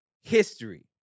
history